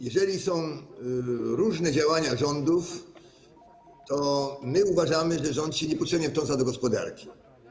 Jeżeli są różne działania rządów, to my uważamy, że rząd się niepotrzebnie wtrąca do gospodarki.